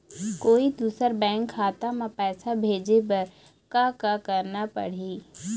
कोई दूसर बैंक खाता म पैसा भेजे बर का का करना पड़ही?